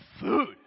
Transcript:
Food